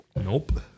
Nope